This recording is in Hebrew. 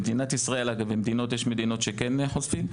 זה במדינת ישראל אגב כי יש מדינות שכן חושפים,